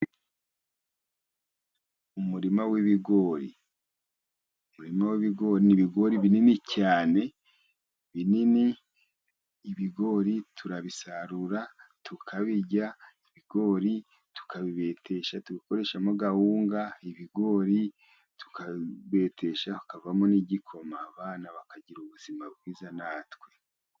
Umurima w'ibigori, umurima w'ibigori ni ibigori binini cyane ,binini, ibigori turabisarura, tukabirya, ibigori tukabibetesha ,tugakoreshamo gahunga ,ibigori tukabetesha hakavamo n'igikoma, abana bakagira ubuzima bwiza natwe.